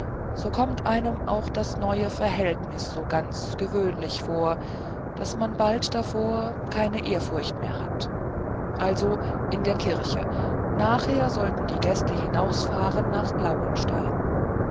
so kommt einem auch das neue verhältnis so ganz gewöhnlich vor daß man bald davor keine ehrfurcht mehr hat also in der kirche nachher sollten die gäste hinausfahren nach